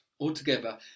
Altogether